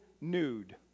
nude